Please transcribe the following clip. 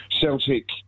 Celtic